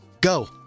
Go